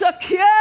secure